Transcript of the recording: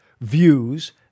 views